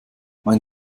mein